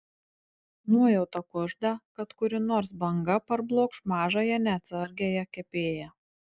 nuojauta kužda kad kuri nors banga parblokš mažąją neatsargiąją kepėją